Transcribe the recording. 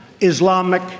Islamic